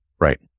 Right